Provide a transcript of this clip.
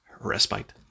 respite